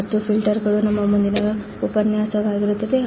ಮತ್ತು ಫಿಲ್ಟರ್ಗಳು ನಮ್ಮ ಮುಂದಿನ ಉಪನ್ಯಾಸವಾಗಿರುತ್ತದೆ